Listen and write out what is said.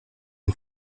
les